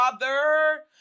Father